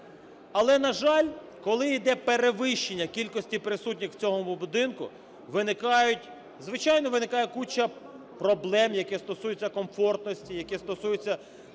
Але, на жаль, коли іде перевищення кількості присутніх в цьому будинку, звичайно, виникає куча проблем, які стосується комфортності, які стосуються